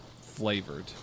flavored